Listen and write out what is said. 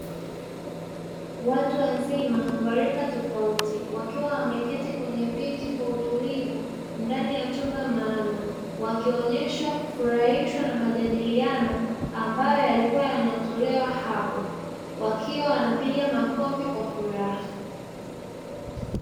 Watu wazima wa rika tofauti wakiwa wameketi, kwenye viti kwa utulivu ndani ya chumba maalumu. Wakionyesha kufurahishwa na majadiliano, ambayo yalikuwa yanatolewa hapo wakiwa wanapiga makofi kwa furaha.